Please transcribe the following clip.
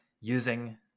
using